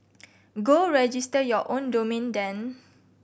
go register your own domain then